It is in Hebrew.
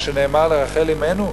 מה שנאמר לרחל אמנו.